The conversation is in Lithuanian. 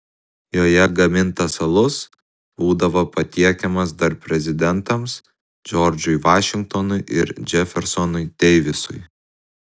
joje gamintas alus būdavo patiekiamas dar prezidentams džordžui vašingtonui ir džefersonui deivisui